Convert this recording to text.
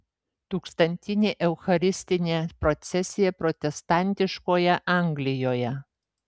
tūkstantinė eucharistinė procesija protestantiškoje anglijoje